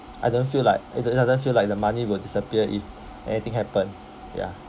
I don't feel like it doesn't feel like the money will disappear if anything happen ya